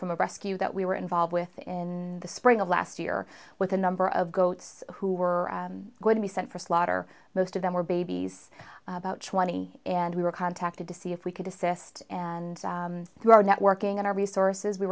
from the rescue that we were involved with in the spring of last year with a number of goats who were going to be sent for slaughter most of them were babies about twenty and we were contacted to see if we could assist and through our networking our resources we